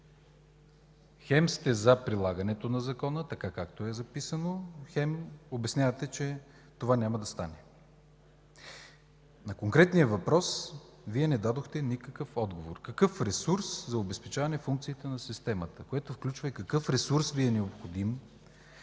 Хем сте за прилагането на закона, както е записано, хем обяснявате, че това няма да стане! На конкретния въпрос Вие не дадохте никакъв отговор – какъв е ресурсът за обезпечаване функциите на системата, което включва и какъв ресурс Ви е необходим.